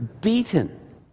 beaten